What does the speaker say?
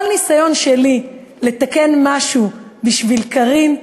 כל ניסיון שלי לתקן משהו בשביל קארין,